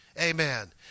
amen